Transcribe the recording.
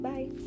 Bye